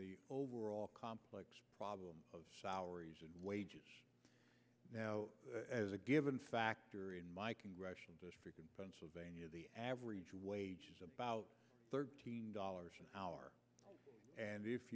the overall complex problem of our wages now as a given factor in my congressional district in pennsylvania the average wage is about thirteen dollars an hour and if